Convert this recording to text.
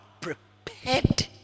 prepared